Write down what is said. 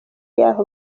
y’aho